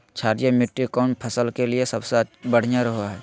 क्षारीय मिट्टी कौन फसल के लिए सबसे बढ़िया रहो हय?